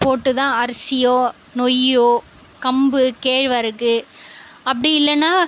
போட்டு தான் அரிசியோ நொய்யோ கம்பு கேழ்வரகு அப்படி இல்லைனா